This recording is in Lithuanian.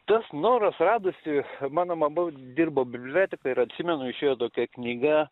tas noras radosi mano mama dirbo bibliotekoj ir atsimenu išėjo tokia knyga